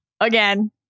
again